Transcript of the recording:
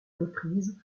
reprises